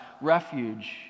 refuge